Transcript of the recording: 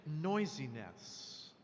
noisiness